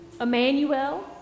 Emmanuel